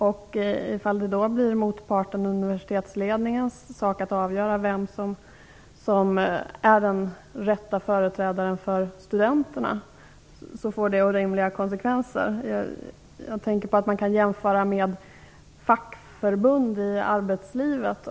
Om det då blir motpartens, universitetsledningens, uppgift att avgöra vem som är den rätta företrädaren för studenterna, får det orimliga konsekvenser. Man kan jämföra med vad som gäller för fackförbunden inom arbetslivet.